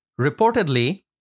Reportedly